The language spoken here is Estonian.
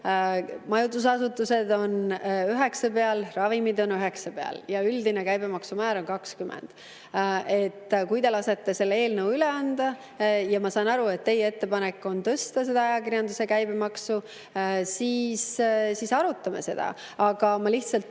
majutusasutused on 9%, ravimid on 9% ja üldine käibemaksumäär on 20%. Kui te lasete selle eelnõu üle anda – ma saan aru, et teie ettepanek on tõsta ajakirjanduse käibemaksu –, siis arutame seda. Ma lihtsalt ütlen,